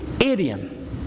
idiom